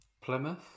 Plymouth